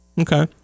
Okay